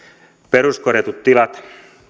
peruskorjatut tilat